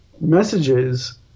messages